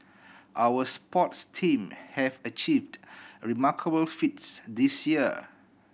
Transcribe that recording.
our sports team have achieved remarkable feats this year